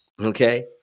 Okay